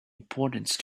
importance